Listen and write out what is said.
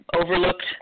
Overlooked